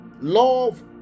love